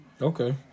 Okay